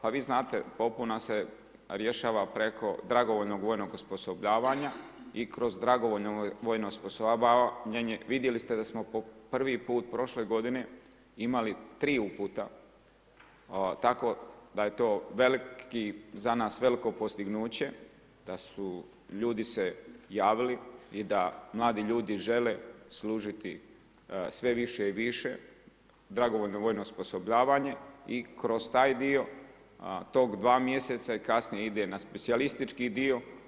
Pa vi znate popuna se rješava preko dragovoljnog vojnog osposobljavanja i kroz dragovoljno vojno osposobljavanje vidjeli ste da smo po prvi put prošle godine imali 3 uputa tako da je to za nas veliko postignuće, da su ljudi se javili i da mladi ljudi žele služiti sve više i više dragovoljno vojno osposobljavanje i kroz taj dio tih 2 mjeseca i kasnije ide na specijalistički dio.